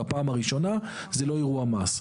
בפעם הראשונה זה לא אירוע מס.